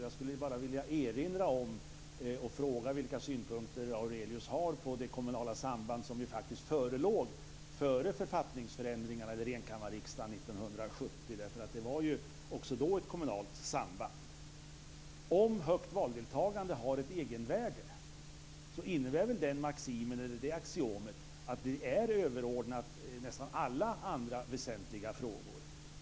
Jag vill bara erinra om, och fråga, vilka synpunkter Aurelius har på det kommunala samband som faktiskt förelåg före författningsförändringarna och enkammarriksdagen 1970. Det fanns nämligen också då ett kommunalt samband. Om högt valdeltagande har ett egenvärde så innebär väl den maximen eller det axiomet att det är överordnat nästan alla andra väsentliga frågor.